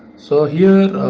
so here?